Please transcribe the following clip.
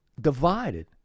Divided